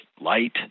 Light